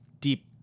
deep